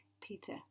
Peter